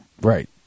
Right